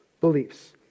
beliefs